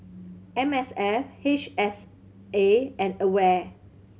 M S F H S A and AWARE